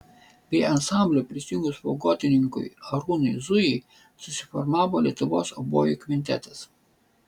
prie ansamblio prisijungus fagotininkui arūnui zujui susiformavo lietuvos obojų kvintetas